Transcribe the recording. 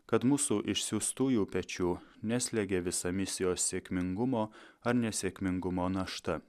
kad mūsų išsiųstųjų pečių neslėgia visa misijos sėkmingumo ar nesėkmingumo našta